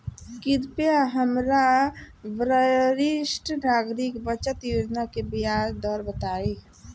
कृपया हमरा वरिष्ठ नागरिक बचत योजना के ब्याज दर बताई